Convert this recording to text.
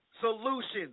solutions